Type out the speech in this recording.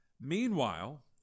Meanwhile